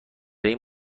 این